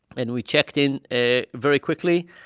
and we checked in ah very quickly.